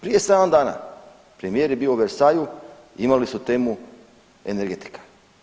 Prije 7 dana premijer je bio u Versaju, imali su temu energetika.